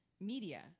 media